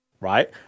right